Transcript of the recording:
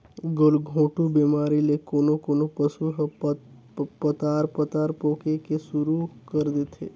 गलघोंटू बेमारी ले कोनों कोनों पसु ह पतार पतार पोके के सुरु कर देथे